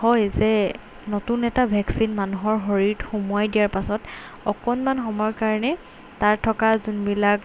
হয় যে নতুন এটা ভেকচিন মানুহৰ শৰীৰত সোমোৱাই দিয়াৰ পাছত অকণমান সময়ৰ কাৰণে তাৰ থকা যোনবিলাক